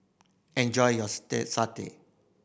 enjoy your satay